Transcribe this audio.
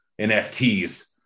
NFTs